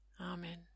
Amen